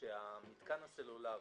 שהמתקן הסלולרי,